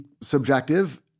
subjective